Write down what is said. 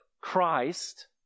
Christ